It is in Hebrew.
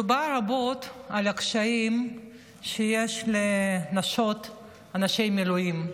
דובר רבות על הקשיים שיש לנשות אנשי המילואים,